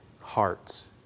hearts